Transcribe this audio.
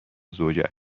زوجهاش